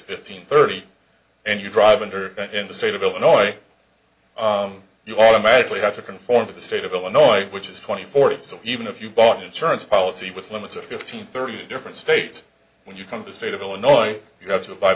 fifteen thirty and you drive under in the state of illinois you automatically have to conform to the state of illinois which is twenty four it so even if you bought an insurance policy with limits of fifteen thirty different state when you come to state of illinois you have to abide